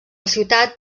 ciutat